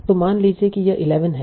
तो मान लीजिए कि यह 11 है